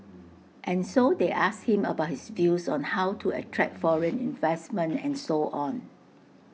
and so they asked him about his views on how to attract foreign investment and so on